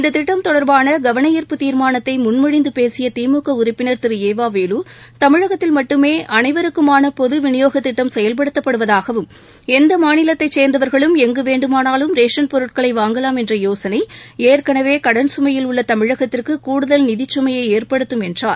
இந்த திட்டம் தொடர்பான கவனார்ப்பு தீர்மானத்தை முன்மொழிந்து பேசிய திமுக உறுப்பினர் திரு எ வ வேலு தமிழகத்தில் மட்டுமே அனைவருக்குமான பொது விநியோக திட்டம் செயல்படுத்தப்படுவதாகவும் எந்த மாநிலத்தை சேர்ந்தவர்களும் எங்கு வேண்டுமானாலும் ரேசன் பொருட்களை வாங்கலாம் என்ற யோசனை ஏற்கனவே கடன் சுமையில் உள்ள தமிழகத்திற்கு கூடுதல் நிதிச்சுமையை ஏற்படுத்தும் என்றார்